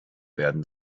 werden